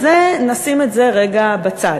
אז את זה נשים את זה רגע בצד.